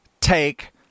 take